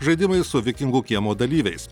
žaidimai su vikingų kiemo dalyviais